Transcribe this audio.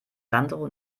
sandro